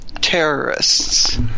terrorists